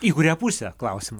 į kurią pusę klausiama